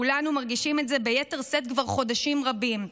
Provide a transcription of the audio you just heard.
כולנו מרגישים את זה ביתר שאת כבר חודשים רבים.